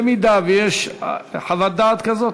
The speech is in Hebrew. אם יש חוות דעת כזאת,